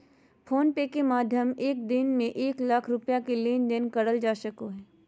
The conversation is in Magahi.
फ़ोन पे के माध्यम से एक दिन में एक लाख रुपया के लेन देन करल जा सको हय